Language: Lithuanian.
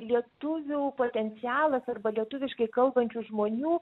lietuvių potencialas arba lietuviškai kalbančių žmonių